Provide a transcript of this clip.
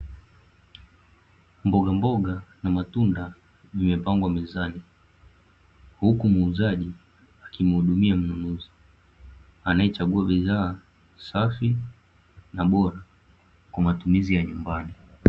Mbogamboga na matunda zimepangwa mezani, huku muuzaji akimhudumia mnunuzi, anayechagua bidhaa safi na bora, kwa matumizi ya nyumbani.